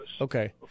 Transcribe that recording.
Okay